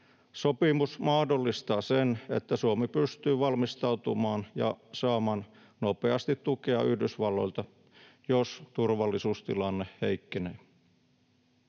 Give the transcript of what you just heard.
Sopimus mahdollistaa sen, että Suomi pystyy valmistautumaan ja saamaan nopeasti tukea Yhdysvalloilta, jos turvallisuustilanne heikkenee.